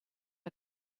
her